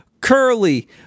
Curly